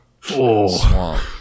Swamp